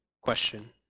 question